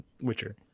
Witcher